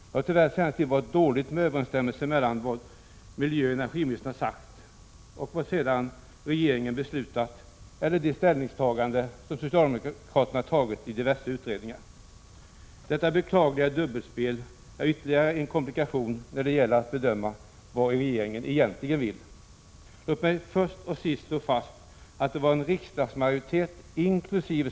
Det har under den senaste tiden tyvärr varit mycket dålig överensstämmelse mellan vad miljöoch energiministern har sagt och vad sedan regeringen beslutat eller de ställningstaganden som socialdemokraterna tagit i diverse utredningar. Detta beklagliga dubbelspel utgör ytterligare en komplikation när det gäller att bedöma vad regeringen egentligen vill. Låt mig först och sist slå fast att en riksdagsmajoritet, inkl.